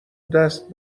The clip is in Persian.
دست